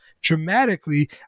dramatically